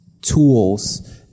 tools